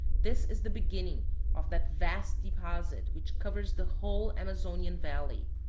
this is the beginning of that vast deposit which covers the whole amazonian valley.